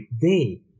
day